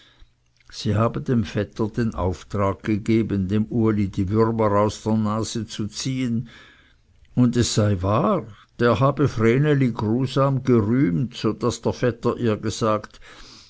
sie habe dem vetter den auftrag gegeben dem uli die würme aus der nase zu ziehen und es sei wahr der habe vreneli grusam gerühmt so daß der vetter ihr gesagt